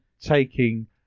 taking